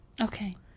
Okay